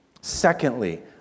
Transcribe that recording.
Secondly